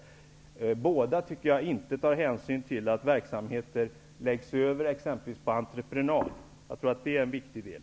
Jag tycker inte att något av dessa förbund i sin statistik tar hänsyn till att verksamheter överförs exempelvis på entreprenad. Jag tror att det är en viktig del.